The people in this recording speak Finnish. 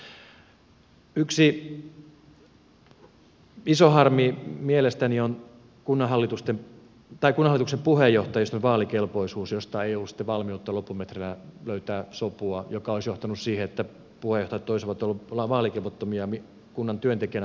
yksi iso harmi mielestäni on kunnanhallituksen puheenjohtajiston vaalikelpoisuus josta ei ollut valmiutta loppumetreillä löytää sopua joka olisi johtanut siihen että puheenjohtajat olisivat olleet vaalikelvottomia kunnan työntekijänä ollessaan